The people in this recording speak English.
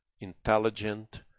intelligent